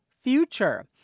future